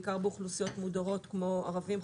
בעיקר באוכלוסיות ממודרות כמו ערבים,